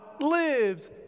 lives